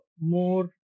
more